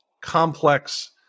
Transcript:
complex